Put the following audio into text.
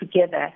together